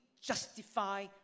justify